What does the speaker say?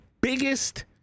biggest